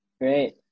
great